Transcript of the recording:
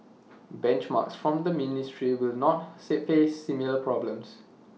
benchmarks from the ministry will not face similar problems